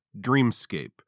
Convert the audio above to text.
Dreamscape